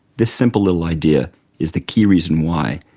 this simple little idea is the key reason why,